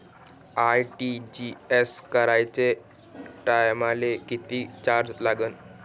RTGS कराच्या टायमाले किती चार्ज लागन?